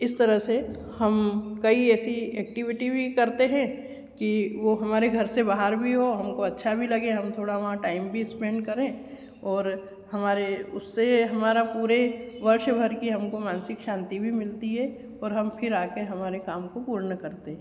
इस तरा से हम कई ऐसी एक्टिविटी भी करते हैं कि वो हमारे घर से बाहर बी हों हमको अच्छा भी लगे हम थोड़ा वहाँ टाइम भी इस्पेंड करें ओर हमारे उससे हमारा पूरे वर्ष भर की हमको मानसिक शांति भी मिलती है और हम फिर आ कर हमारे काम को पूर्ण करते हें